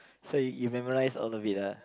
so you memorise all of it ah